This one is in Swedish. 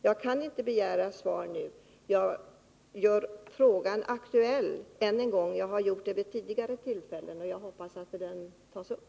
Jag kan inte begära svar nu men aktualiserar frågan — jag har gjort det också vid tidigare tillfällen. Jag hoppas att saken kommer att tas upp.